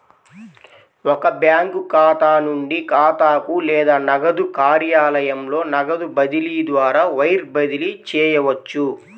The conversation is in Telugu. ఒక బ్యాంకు ఖాతా నుండి ఖాతాకు లేదా నగదు కార్యాలయంలో నగదు బదిలీ ద్వారా వైర్ బదిలీ చేయవచ్చు